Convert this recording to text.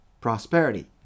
prosperity